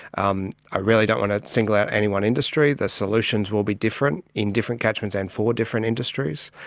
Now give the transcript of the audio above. um i really don't want to single out any one industry. the solutions will be different in different catchments and for different industries,